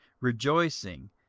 rejoicing